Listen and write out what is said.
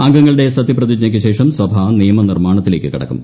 അംഗങ്ങളുടെ സത്യപ്രതിജ്ഞയ്ക്ക് ശേഷം സഭ നിയമ നിർമ്മാണത്തിലേക്ക് കടക്കും